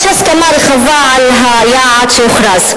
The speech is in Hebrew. יש הסכמה רחבה על היעד שהוכרז,